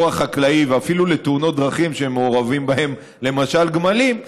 החקלאי ואפילו לתאונות דרכים שמעורבים בהם למשל גמלים,